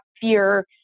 fear